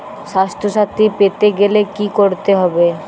স্বাস্থসাথী পেতে গেলে কি করতে হবে?